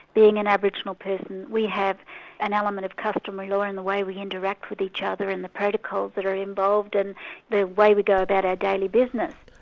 being an aboriginal person, we have an element of customary law in the way we interact with each other and the protocols that are involved and the way we go about our daily business.